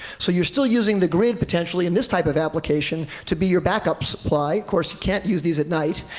so you're still using the grid potentially, in this type of application, to be your backup supply of course, you can't use these at night,